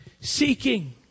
seeking